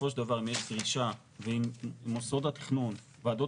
בסופו של דבר אם יש דרישה ואם מוסדות התכנון ועדות